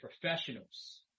professionals